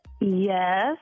Yes